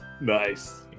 Nice